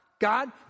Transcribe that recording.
God